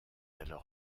alors